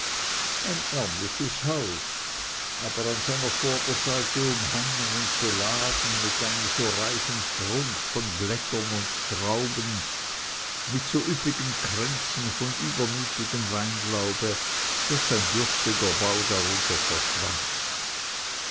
ein ärmliches haus aber an seiner vorderseite umhangen und beladen mit einem so reichen prunke von blättern und trauben mit so üppigen kränzen von übermütigem weinlaube daß sein dürftiger bau darunter verschwand